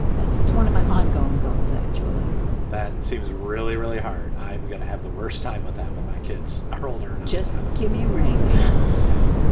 that's it's one of my ongoing goals, actually that seems really, really hard. i'm gonna have the worst time with that when my kids are older and just give me a ring yeah.